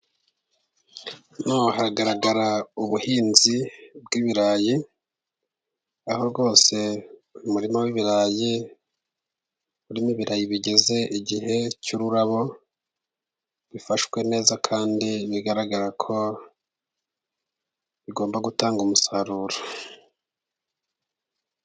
Hano hagaragara ubuhinzi bw'ibirayi aho rwose umurima w'ibirayi urimo ibirayi bigeze igihe cy'ururabo, bifashwe neza kandi bigaragara ko bigomba gutanga umusaruro.